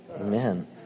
Amen